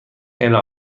الا